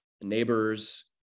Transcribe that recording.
neighbors